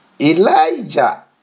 Elijah